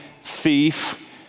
thief